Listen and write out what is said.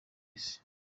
minsi